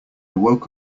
woke